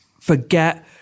forget